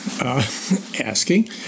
asking